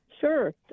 Sure